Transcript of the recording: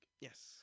Yes